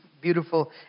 beautiful